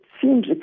seems